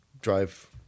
drive